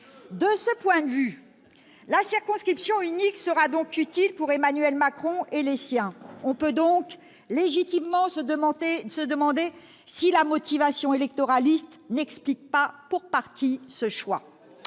De ce fait, la circonscription unique sera donc utile pour Emmanuel Macron et les siens. On peut par conséquent légitimement se demander si la motivation électoraliste n'explique pas pour partie ce choix.